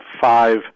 five